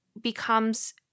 becomes